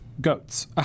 GOATS